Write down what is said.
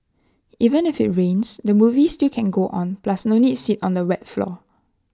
even if IT rains the movie still can go on plus no need sit on the wet floor